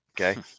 okay